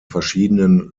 verschiedenen